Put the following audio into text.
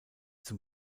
zum